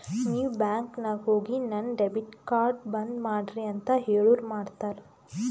ನೀವ್ ಬ್ಯಾಂಕ್ ನಾಗ್ ಹೋಗಿ ನನ್ ಡೆಬಿಟ್ ಕಾರ್ಡ್ ಬಂದ್ ಮಾಡ್ರಿ ಅಂತ್ ಹೇಳುರ್ ಮಾಡ್ತಾರ